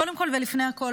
קודם כול ולפני הכול,